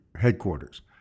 headquarters